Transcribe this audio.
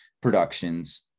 productions